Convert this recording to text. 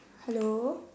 hello